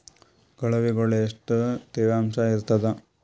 ಕೊಳವಿಗೊಳ ಎಷ್ಟು ತೇವಾಂಶ ಇರ್ತಾದ?